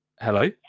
hello